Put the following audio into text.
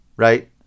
right